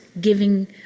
giving